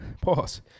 Pause